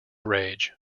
rage